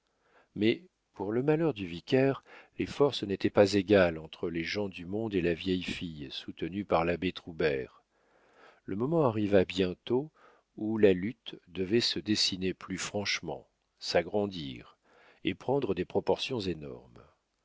mais pour le malheur du vicaire les forces n'étaient pas égales entre les gens du monde et la vieille fille soutenue par l'abbé troubert le moment arriva bientôt où la lutte devait se dessiner plus franchement s'agrandir et prendre des proportions énormes